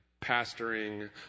pastoring